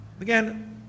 again